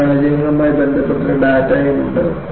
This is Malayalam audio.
ഈ പരാജയങ്ങളുമായി ബന്ധപ്പെട്ട ഡാറ്റയും ഉണ്ട്